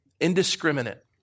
indiscriminate